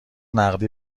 نقدی